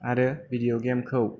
आरो video game खौ